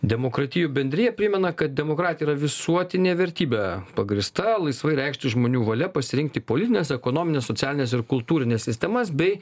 demokratijų bendrija primena kad demokratija yra visuotinė vertybė pagrįsta laisvai reikšti žmonių valia pasirinkti politines ekonomines socialines ir kultūrines sistemas bei